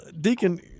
Deacon